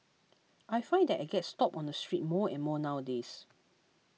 I find that I get stopped on the street more and more nowadays